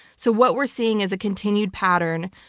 so what we're seeing is a continued pattern,